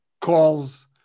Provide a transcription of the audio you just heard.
calls